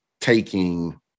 taking